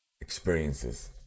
experiences